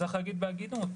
צריך להגיד בהגינות,